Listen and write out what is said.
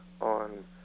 on